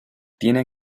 tiene